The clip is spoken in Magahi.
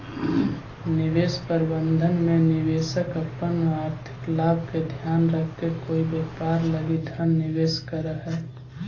निवेश प्रबंधन में निवेशक अपन आर्थिक लाभ के ध्यान रखके कोई व्यापार लगी धन निवेश करऽ हइ